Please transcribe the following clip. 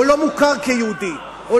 או לא מוכר כיהודי.